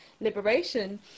liberation